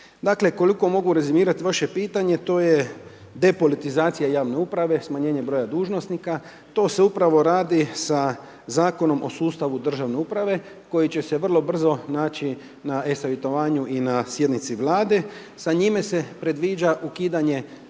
Dakle, koliko mogu rezimirati vaše pitanje, to je depolitizacija javne uprave, smanjenje broja dužnosnika, to se upravo radi sa Zakonom o sustavu državne uprave, koji će se vrlo brzo naći na e-savjetovanju i na sjednici vlade. Sa njime se predviđa ukidanje